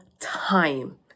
time